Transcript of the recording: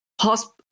Hospital